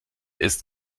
ist